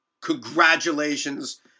Congratulations